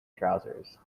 trousers